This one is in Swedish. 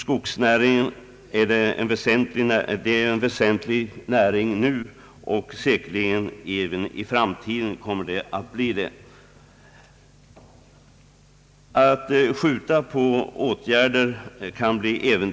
Skogsnäringen är väsentlig nu och kommer säkerligen att vara det även i framtiden. Det kan bli äventyrligt att skjuta på åtgärder.